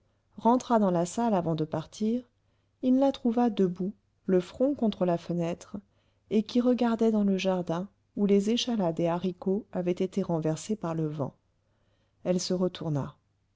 rentra dans la salle avant de partir il la trouva debout le front contre la fenêtre et qui regardait dans le jardin où les échalas des haricots avaient été renversés par le vent elle se retourna